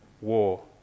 war